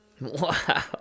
Wow